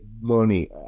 money